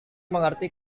mengerti